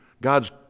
God's